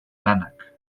lanak